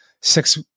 six